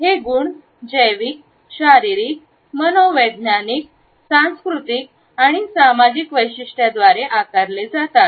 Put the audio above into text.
हे गुण जैविक शारीरिक मनोवैज्ञानिक सांस्कृतिक आणि सामाजिक वैशिष्ट्ये द्वारे आकारले जातात